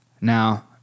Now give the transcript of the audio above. Now